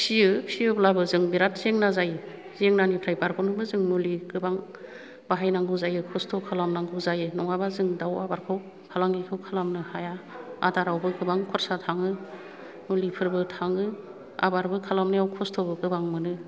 फिसियो फिसियोब्लाबो जों बिराथ जेंना जायो जेंनानिफ्राय बारग'नोबो जों मुलि गोबां बाहायनांगौ जायो खस्थ' खालामनांगौ जायो नङाबा जों दाव आबादखौ फालांगिखौ खालामनो हाया आदारावबो गोबां खरसा थाङो मुलिफोरबो थाङो आबारबो खालामनायाव खस्थ'बो गोबां मोनो